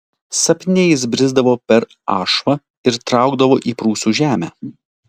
sapne jis brisdavo per ašvą ir traukdavo į prūsų žemę